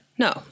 No